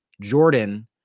Jordan